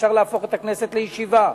אפשר להפוך את הכנסת לישיבה.